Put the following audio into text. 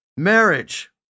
marriage